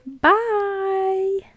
bye